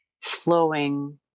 flowing